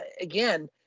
again